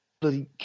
bloody